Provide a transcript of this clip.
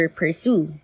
pursue